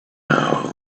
now